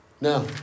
Now